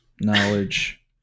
Knowledge